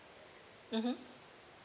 mmhmm